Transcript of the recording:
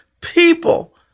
people